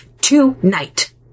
tonight